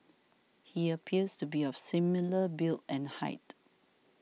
he appears to be of similar build and height